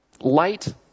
light